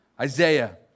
Isaiah